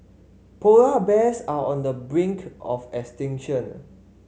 polar bears are on the brink of extinction